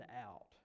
out